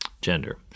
gender